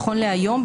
נכון להיום,